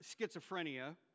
schizophrenia